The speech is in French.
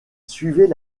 suivait